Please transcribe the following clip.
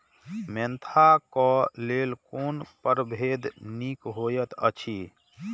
Mentha क लेल कोन परभेद निक होयत अछि?